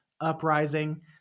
uprising